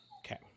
Okay